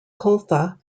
clutha